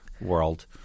world